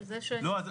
אבל --- לא,